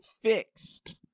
fixed